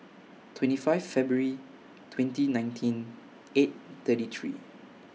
twenty five February twenty nineteen eight thirty three